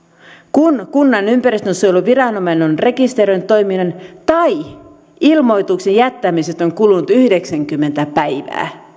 kun kunnan ympäristönsuojeluviranomainen on rekisteröinyt toiminnan tai ilmoituksen jättämisestä on kulunut yhdeksänkymmentä päivää